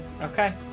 okay